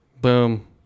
Boom